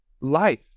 life